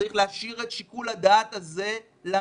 צריך להשאיר את שיקול הדעת הזה למשפחה,